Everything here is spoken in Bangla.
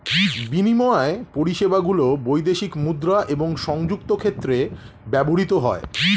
বিনিময় পরিষেবাগুলি বৈদেশিক মুদ্রা এবং সংযুক্ত ক্ষেত্রে ব্যবহৃত হয়